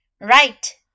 Right